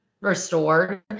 restored